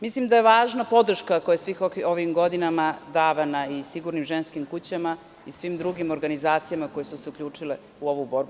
Mislim da je važna podrška koja je u svim ovim godinama davana sigurnim ženskim kućama i svim drugim organizacijama koje su se uključile u ovu borbu.